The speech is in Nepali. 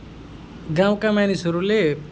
गाउँका मानिसहरूले